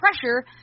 pressure